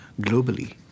globally